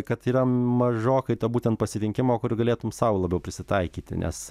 kad yra mažokai to būtent pasirinkimo kur galėtum sau labiau prisitaikyti nes